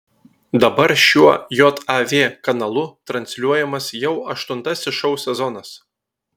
dabar šiuo jav kanalu transliuojamas jau aštuntasis šou sezonas